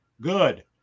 Good